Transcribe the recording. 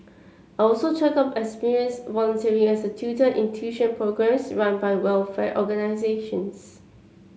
I also chalked up experience volunteering as a tutor in tuition programmes run by welfare organisations